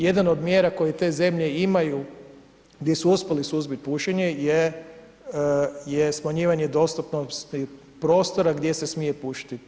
Jedna od mjera koje te zemlje imaju gdje su uspjeli suzbit pušenje je smanjivanje dostupnosti prostora gdje se smije pušiti.